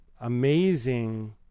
amazing